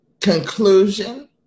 conclusion